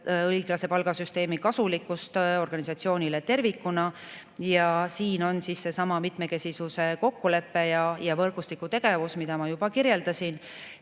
õiglase palgasüsteemi kasulikkust organisatsioonile tervikuna. Siin on seesama mitmekesisuse kokkulepe ja võrgustiku tegevus, mida ma juba kirjeldasin.